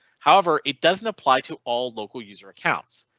however, it doesn't apply to all local user accounts.